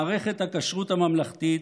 מערכת הכשרות הממלכתית,